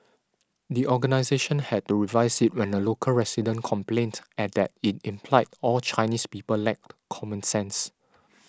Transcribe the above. the organisation had to revise it when a local resident complained at that it implied all Chinese people lacked common sense